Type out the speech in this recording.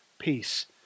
peace